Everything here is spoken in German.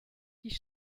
die